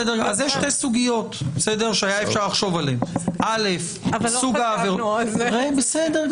יש שתי סוגיות שהיה אפשר לחשוב עליהן ------- דבר אחד,